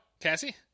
Cassie